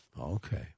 Okay